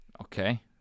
Okay